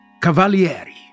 Cavalieri